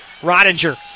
Rodinger